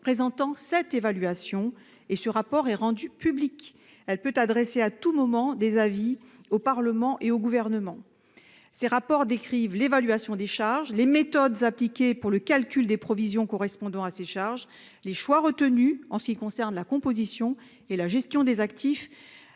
présentant cette évaluation, qui est rendu public. Elle peut aussi adresser à tout moment des avis au Parlement et au Gouvernement. Ces rapports décrivent l'évaluation des charges, les méthodes appliquées pour le calcul des provisions correspondant à ces charges, les choix retenus concernant la composition et la gestion des actifs